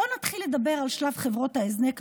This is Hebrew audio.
בואו נתחיל לדבר על שלב חברות ההזנק,